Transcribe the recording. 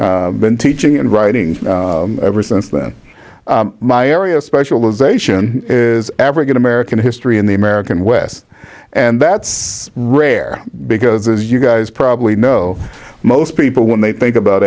been teaching and writing ever since then my area of specialization is african american history in the american west and that's rare because as you guys probably know most people when they think about